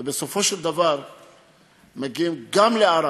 בסופו של דבר מגיעים גם לערד,